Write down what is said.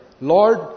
Lord